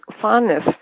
fondness